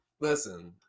Listen